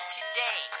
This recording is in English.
today